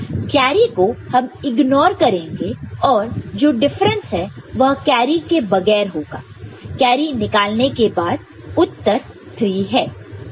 carry को हम ignore करेंगे और जो डिफरेंस है वह कैरी के बगैर होगा कैरी निकालने के बाद उत्तर 3 है